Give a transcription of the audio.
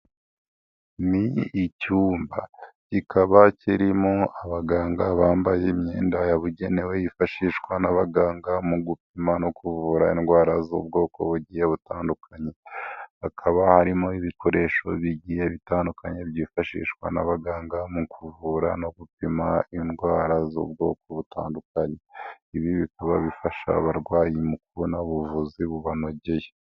Ni icyumba, kikaba kirimo abaganga bambaye imyenda yabugenewe yifashishwa n'abaganga mu gupima no kuvura indwara z'ubwoko bugiye butandukanye, hakaba harimo ibikoresho bigiye bitandukanye byifashishwa n'abaganga mu kuvura no gupima indwara z'ubwoko butandukanye, ibi bikaba bifasha abarwayi mu kubona ubuvuzi bubanogeye.